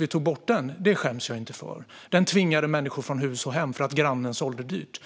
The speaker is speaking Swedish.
vi tog bort fastighetsskatten skäms jag inte för. Den tvingade människor från hus och hem för att grannen sålde dyrt.